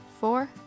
four